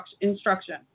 instruction